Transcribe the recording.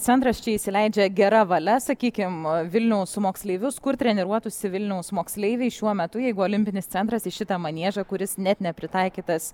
centras čia įsileidžia gera valia sakykim vilniaus moksleivius kur treniruotųsi vilniaus moksleiviai šiuo metu jeigu olimpinis centras į šitą maniežą kuris net nepritaikytas